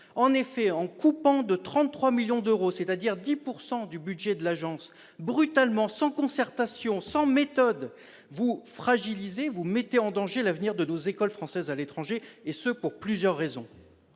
En effet, en coupant de 33 millions d'euros, c'est-à-dire 10 % du budget de l'Agence, brutalement, sans concertation, sans méthode, vous fragilisez, vous mettez en danger l'avenir de nos écoles françaises à l'étranger, et ce pour plusieurs raisons.